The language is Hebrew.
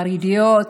חרדיות